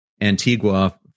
Antigua